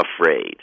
afraid